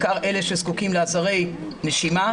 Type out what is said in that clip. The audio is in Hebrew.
בעיקר אלו הזקוקים לעזרי נשימה.